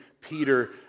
Peter